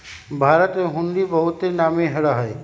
भारत में हुंडी बहुते नामी रहै